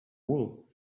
wool